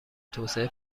توسعه